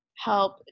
help